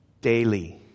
Daily